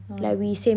orh